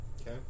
Okay